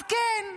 אז כן,